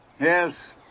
Yes